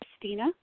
Christina